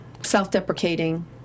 Self-deprecating